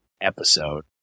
episode